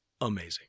amazing